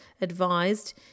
advised